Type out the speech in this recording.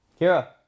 Kira